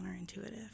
counterintuitive